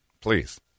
Please